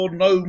no